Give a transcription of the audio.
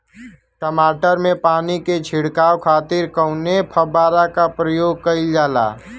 टमाटर में पानी के छिड़काव खातिर कवने फव्वारा का प्रयोग कईल जाला?